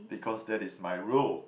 because that is my role